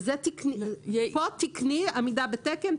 כאן תקני, עמידה בתקן.